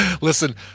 Listen